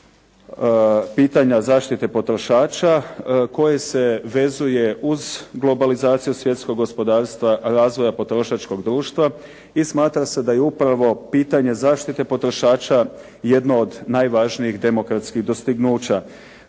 pitanja zaštita potrošača koje se vezuje uz globalizaciju svjetskog gospodarstva razvoja potrošačkog društva i smatra se da je upravo pitanje zaštite potrošača jedno od najvažnijih demokratskih dostignuća.